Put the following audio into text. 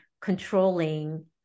controlling